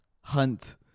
Hunt